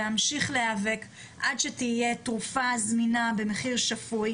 ואמשיך להיאבק עד שתהיה תרופה זמינה במחיר שפוי,